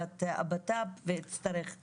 בוועדה לביטחון הפנים, ואני אצטרך ללכת לשם.